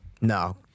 No